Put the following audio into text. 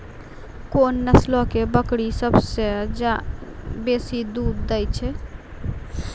कोन नस्लो के बकरी सभ्भे से बेसी दूध दै छै?